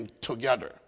together